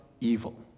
evil